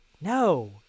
No